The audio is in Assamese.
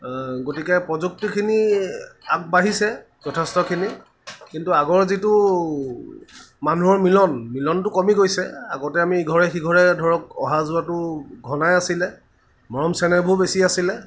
গতিকে প্ৰযুক্তিখিনি আগবাঢ়িছে যথেষ্টখিনি কিন্তু আগৰ যিটো মানুহৰ মিলন মিলনটো কমি গৈছে আগতে আমি ইঘৰে সিঘৰে ধৰক অহা যোৱাটো ঘনাই আছিলে মৰম চেনেহবোৰ বেছি আছিলে